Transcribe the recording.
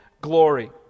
glory